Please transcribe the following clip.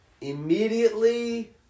immediately